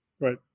Right